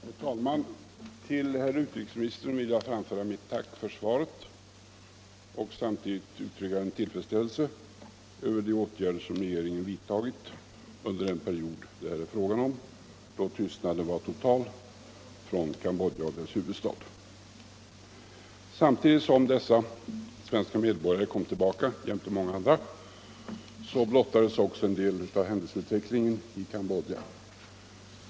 Herr talman! Till herr utrikesministern vill jag framföra mitt tack för svaret och samtidigt uttrycka min tillfredsställelse över de åtgärder som regeringen vidtagit under den period det här är fråga om, då tystnaden var total från Cambodja och dess huvudstad. Samtidigt som dessa svenska medborgare kom tillbaka jämte många andra blottades också en del av händelseutvecklingen i Cambodja.